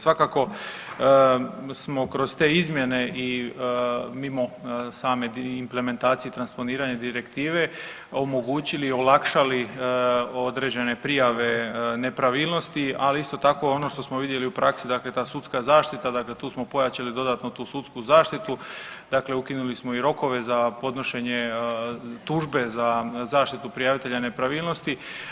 Svakako smo kroz te izmjene i mimo same implementacije i transponiranja direktive omogućili, olakšali određene prijave nepravilnosti, ali isto tako ono što smo vidjeli i u praksi, dakle ta sudska zaštita, dakle tu smo pojačali dodatno tu sudsku zaštitu, dakle ukinuli smo i rokove za podnošenje tužbe za zaštitu prijavitelja nepravilnosti.